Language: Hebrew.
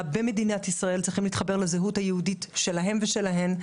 במדינת ישראל צריכים להתחבר לזהות היהודית שלהם ושלהן,